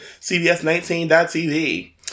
cbs19.tv